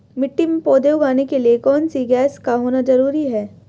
मिट्टी में पौधे उगाने के लिए कौन सी गैस का होना जरूरी है?